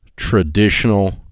traditional